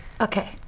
Okay